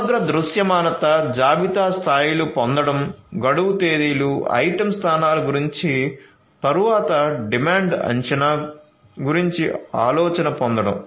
సమగ్ర దృశ్యమానత జాబితా స్థాయిలు పొందడం గడువు తేదీలు ఐటెమ్ స్థానాల గురించి తరువాత డిమాండ్ అంచనా గురించి ఆలోచన పొందడం